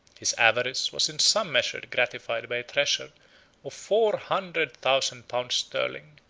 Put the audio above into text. his avarice was in some measure gratified by a treasure of four hundred thousand pounds sterling,